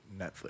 Netflix